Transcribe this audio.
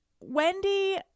Wendy